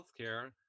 healthcare